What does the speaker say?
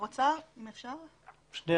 בסופו של